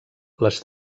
les